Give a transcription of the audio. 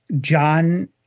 John